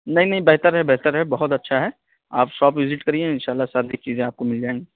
نہیں نہیں بہتر ہے بہتر ہے بہت اچھا ہے آپ شاپ وزٹ کریئے انشاء اللہ ساری چیزیں آپ کو مل جائیں گی